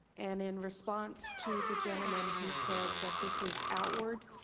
and in response to the gentleman who says that this is outward,